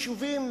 יישובים,